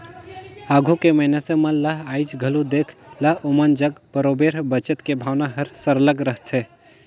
आघु के मइनसे मन ल आएज घलो देख ला ओमन जग बरोबेर बचेत के भावना हर सरलग रहथे